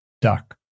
duck